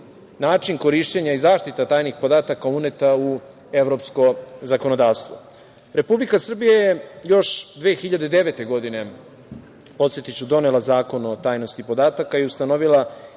način korišćenja i zaštita tajnih podataka uneta u evropsko zakonodavstvo. Republika Srbija je još 2009. godine, podsetiću, donela Zakon o tajnosti podataka i ustanovila